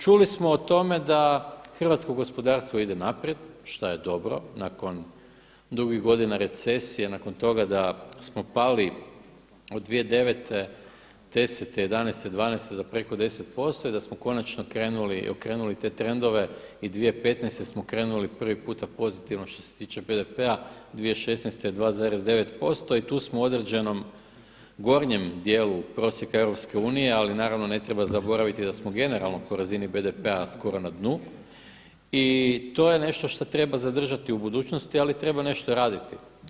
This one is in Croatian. Čuli smo o tome da hrvatsko gospodarstvo ide naprijed, šta je dobro, nakon dugih godina recesije, nakon toga da smo pali od 2009., '10., '11., '12. za preko 10% i da smo konačno okrenuli te trendove i 2015. smo krenuli prvi puta pozitivno što se tiče BDP-a, 2016. 2,9% i tu smo u određenom gornjem dijelu prosjeka EU, ali naravno ne treba zaboraviti da smo generalno po razini BDP-a skoro na dnu i to je nešto šta treba zadržati u budućnosti ali treba nešto raditi.